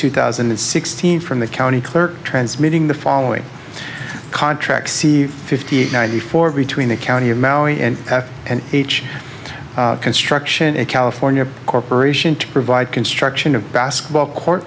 two thousand and sixteen from the county clerk transmitting the following contract see fifty eight ninety four between the county of maui and an h construction a california corporation to provide construction of basketball court